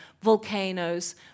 Volcanoes